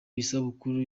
isabukuru